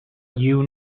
you